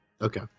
Okay